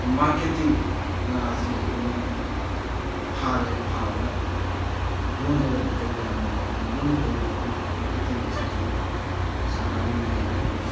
marketing ꯉꯥꯁꯤ ꯑꯩꯈꯣꯏꯅ ꯐꯥꯔꯦ ꯐꯥꯔꯒ ꯌꯣꯟꯗ꯭ꯔꯒꯗꯤ ꯀꯔꯤ ꯀꯥꯟꯅꯅꯤ ꯑꯗꯨꯅ ꯌꯣꯟꯒꯗꯧꯔꯤꯕ ꯃꯐꯝ ꯃꯥꯔꯀꯦꯠꯇꯤꯡ ꯑꯁꯤꯁꯨ ꯁꯔꯀꯥꯔꯒꯤ ꯃꯥꯏꯀꯩꯗꯒꯤ